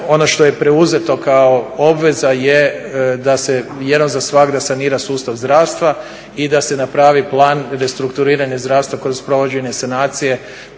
ono što je preuzeto kao obveza je da se jednom za svagda sanira sustav zdravstva i da se napravi plan restrukturiranja zdravstva kroz provođenje sanacije